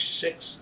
six